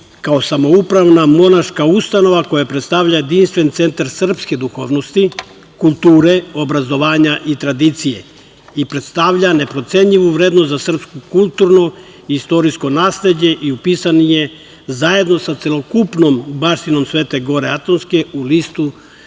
kao samoupravna monaška ustanova koja predstavlja jedinstven centar srpske duhovnosti, kulture, obrazovanja i tradicije, i predstavlja neprocenjivu vrednost za srpsko kulturno i istorijsko nasleđe i upisan je zajedno sa celokupnom baštinom Svete Gore Atonske u Listu